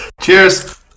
cheers